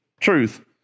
truth